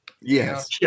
Yes